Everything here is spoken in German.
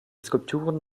skulpturen